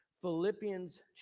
Philippians